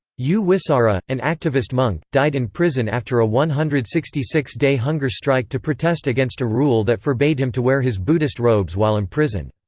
u wisara, an activist monk, died in prison after a one hundred and sixty six day hunger strike to protest against a rule that forbade him to wear his buddhist robes while imprisoned.